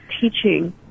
teaching